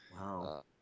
Wow